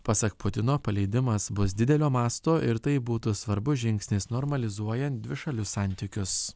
pasak putino paleidimas bus didelio masto ir tai būtų svarbus žingsnis normalizuojant dvišalius santykius